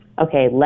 okay